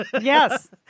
Yes